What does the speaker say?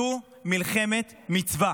זו מלחמת מצווה.